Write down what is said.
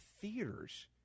theaters